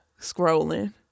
scrolling